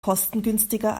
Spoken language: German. kostengünstiger